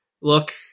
look